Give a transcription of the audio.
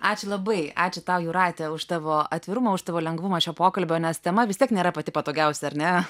ačiū labai ačiū tau jūrate už tavo atvirumą už tavo lengvumą šio pokalbio nes tema vis tiek nėra pati patogiausia ar ne